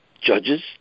judges